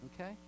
okay